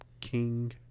king